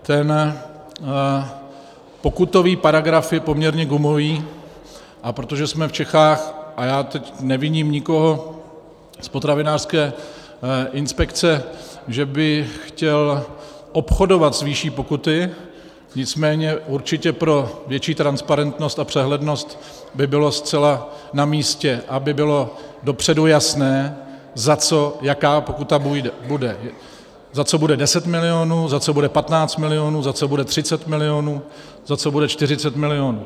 Ten pokutový paragraf je poměrně gumový, a protože jsme v Čechách a já teď neviním nikoho z potravinářské inspekce, že by chtěl obchodovat s výší pokuty, nicméně určitě pro větší transparentnost a přehlednost by bylo zcela namístě, aby bylo dopředu jasné, za co jaká pokuta bude, za co bude 10 milionů, za co bude 15 milionů, za co bude 30 milionů, za co bude 40 milionů.